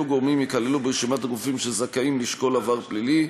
גופים ייכללו ברשימת הגופים שזכאים לשקול עבר פלילי.